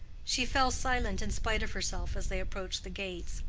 she fell silent in spite of herself as they approached the gates,